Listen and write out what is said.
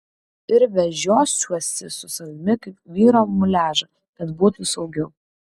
ir vežiosiuosi su savimi kaip vyro muliažą kad būtų saugiau